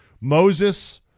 Moses